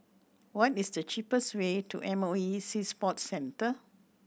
what is the cheapest way to M O E Sea Sports Centre